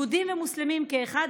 יהודים ומוסלמים כאחד,